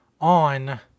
On